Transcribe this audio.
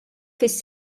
fis